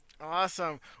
Awesome